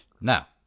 Now